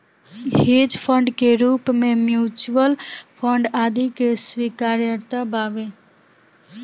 hedge fund के रूप में म्यूच्यूअल फंड आदि के स्वीकार्यता बावे